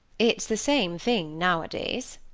it's the same thing, nowadays.